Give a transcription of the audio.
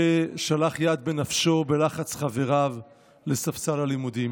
ששלח יד בנפשו בלחץ חבריו לספסל הלימודים.